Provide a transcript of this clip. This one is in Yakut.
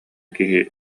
киһи